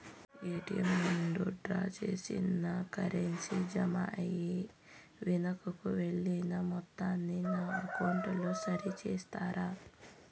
ATM నందు draw చేసిన currency జామ అయి వెనుకకు వెళ్లిన మొత్తాన్ని నా అకౌంట్ లో సరి చేస్తారా?